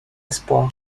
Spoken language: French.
espoirs